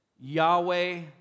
Yahweh